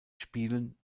spielen